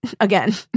again